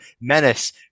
Menace